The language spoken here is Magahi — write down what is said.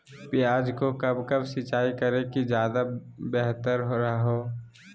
प्याज को कब कब सिंचाई करे कि ज्यादा व्यहतर हहो?